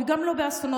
וגם לא באסונות,